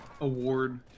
award